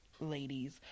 ladies